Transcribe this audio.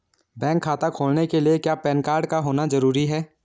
Bank खाता खोलने के लिए क्या पैन कार्ड का होना ज़रूरी है?